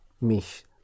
mich